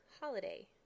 Holiday